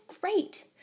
great